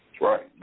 Right